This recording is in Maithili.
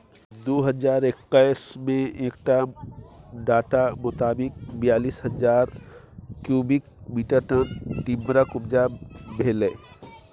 दु हजार एक्कैस मे एक डाटा मोताबिक बीयालीस हजार क्युबिक मीटर टन टिंबरक उपजा भेलै